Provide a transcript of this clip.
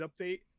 update